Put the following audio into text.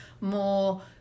more